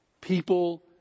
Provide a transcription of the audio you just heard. People